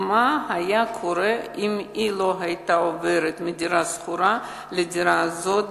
מה היה קורה אם היא לא היתה עוברת מדירה שכורה לדירה הזאת,